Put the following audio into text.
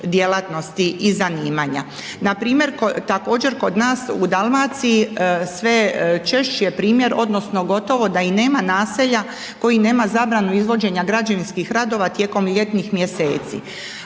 djelatnosti i zanimanja. Npr. također kod nas u Dalmaciji sve češći je primjer odnosno gotovo da i nema naselja koji nema zabranu izvođenja građevinskih radova tijekom ljetnih mjeseci.